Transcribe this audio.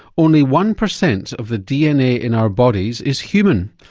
only one percent of the dna in our bodies is human.